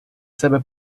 себе